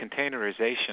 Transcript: containerization